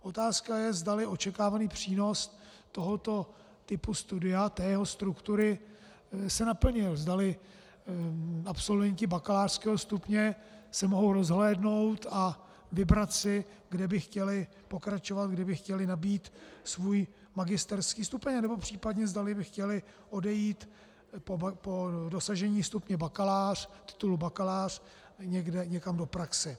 Otázka je, zdali očekávaný přínos tohoto typu studia, té jeho struktury, se naplnil, zdali absolventi bakalářského stupně se mohou rozhlédnout a vybrat si, kde by chtěli pokračovat, kde by chtěli nabýt svůj magisterský stupeň nebo případně zdali by chtěli odejít po dosažení stupně bakalář, titulu bakalář, někam do praxe.